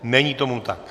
Není tomu tak.